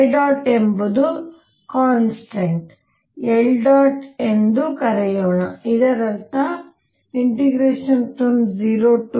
ϕ̇ ಎಂಬುದು constant L ̇ ಎಂದು ಕರೆಯೋಣ ಮತ್ತು ಇದರರ್ಥ 0 mr22dϕ